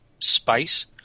space